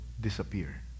disappear